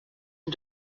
and